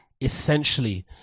essentially